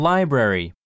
Library